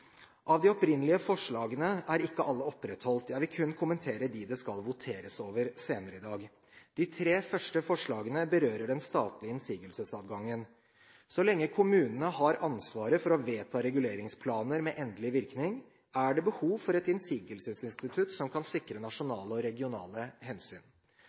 Av de opprinnelige forslagene er ikke alle opprettholdt. Jeg vil kun kommentere dem det skal voteres over senere i dag. De tre første forslagene berører den statlige innsigelsesadgangen. Så lenge kommunene har ansvaret for å vedta reguleringsplaner med endelig virkning, er det behov for et innsigelsesinstitutt som kan sikre nasjonale og regionale hensyn.